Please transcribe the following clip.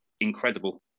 incredible